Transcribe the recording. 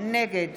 נגד